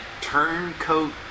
turncoat